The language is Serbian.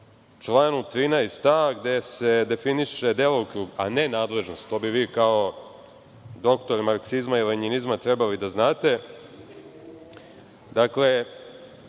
članu 13a gde se definiše delokrug, a ne nadležnost, to bi vi kao doktor marksizma i lenjinizma trebalo da znate, dakle,